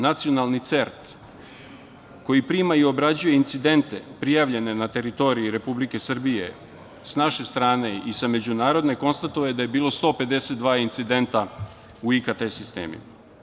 Nacionalni CERT koji prima i obrađuje incidente prijavljene na teritoriji Republike Srbije sa naše strane i sa međunarodne, konstatovano je da je bilo 152 incidenta u IKT sistemima.